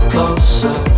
Closer